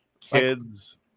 kids